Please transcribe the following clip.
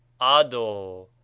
Ado